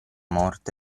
morte